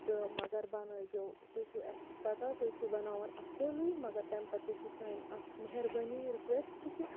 تہٕ مگر بَنٲوزیٚو تُہۍ چھو اَسہِ چھِ پَتہ تُہۍ چھو بَناوان اصلٕے مگر تمہِ پَتہٕ تہِ چھِ سٲنٛۍ اکھ مہربٲنی رِکوٮ۪سٹ کہِ